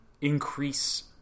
increase